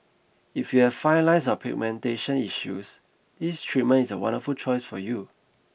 if you have fine lines or pigmentation issues this treatment is a wonderful choice for you